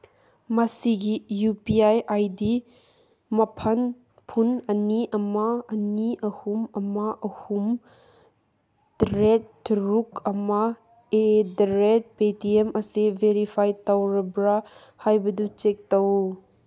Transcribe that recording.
ꯃꯁꯤꯒꯤ U P I I D ꯃꯥꯄꯟ ꯐꯨꯟ ꯑꯅꯤ ꯑꯃ ꯑꯅꯤ ꯑꯍꯨꯝ ꯑꯃ ꯑꯍꯨꯝ ꯇꯔꯦꯠ ꯇꯔꯨꯛ ꯑꯃ at the rate Paytm ꯑꯁꯤ ꯚꯦꯔꯤꯐꯥꯏ ꯇꯧꯔꯕ꯭ꯔꯥ ꯍꯥꯏꯕꯗꯨ ꯆꯦꯛ ꯇꯧ